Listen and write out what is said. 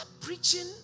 preaching